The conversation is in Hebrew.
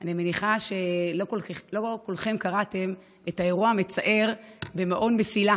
אני מניחה שלא כולכם קראתם את האירוע המצער במעון מסילה